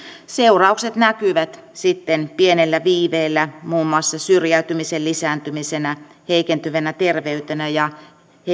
seuraukset näkyvät sitten pienellä viiveellä muun muassa syrjäytymisen lisääntymisenä heikentyvänä terveytenä ja